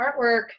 artwork